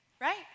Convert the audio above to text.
right